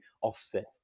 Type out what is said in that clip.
offset